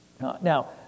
Now